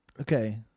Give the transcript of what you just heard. Okay